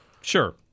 Sure